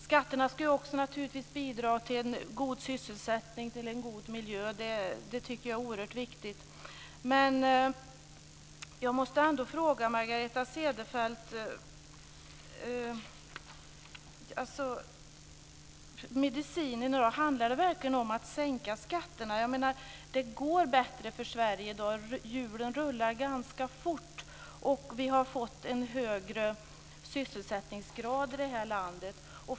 Skatterna ska naturligtvis också bidra till god sysselsättning och en god miljö. Det är oerhört viktigt. Men jag måste ändå fråga Margareta Cederfelt om medicinen i dag verkligen är att sänka skatterna. Det går bättre för Sverige i dag. Hjulen rullar ganska fort, och vi har fått en högre sysselsättningsgrad i det här landet.